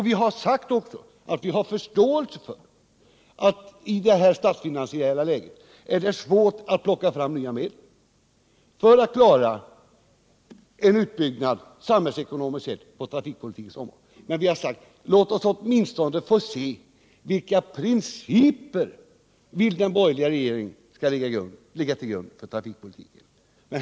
Vi har också sagt att vi har förståelse för att det i det här statsfinansiella läget är svårt att plocka fram nya medel för att klara en utbyggnad samhällsekonomiskt sett på trafikpolitikens område. Men vi har sagt: Låt oss åtminstone få se vilka principer den borgerliga regeringen vill skall ligga till grund för trafikpolitiken.